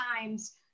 times